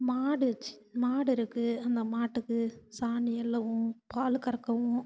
மாடு வச்சு மாடு இருக்குது அந்த மாட்டுக்கு சாணி அள்ளவும் பால் கறக்கவும்